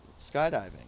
skydiving